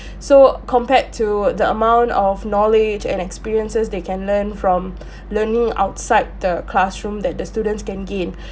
so compared to the amount of knowledge and experiences they can learn from learning outside the classroom that the students can gain